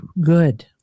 good